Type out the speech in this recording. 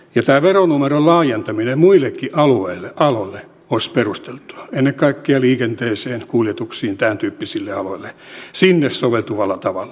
tämä veronumeron laajentaminen muillekin aloille olisi perusteltua ennen kaikkea liikenteeseen kuljetuksiin tämäntyyppisille aloille niille soveltuvalla tavalla tämä on yksi tavoite